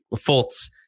faults